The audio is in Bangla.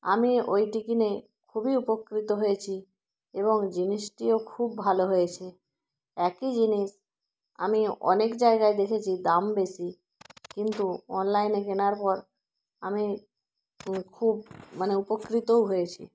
আমি ওইটি কিনে খুবই উপকৃত হয়েছি এবং জিনিসটিও খুব ভালো হয়েছে একই জিনিস আমি অনেক জায়গায় দেখেছি দাম বেশি কিন্তু অনলাইনে কেনার পর আমি খুব মানে উপকৃতও হয়েছি